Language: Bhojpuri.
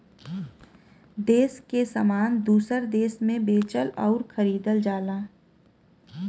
देस के सामान दूसर देस मे बेचल अउर खरीदल जाला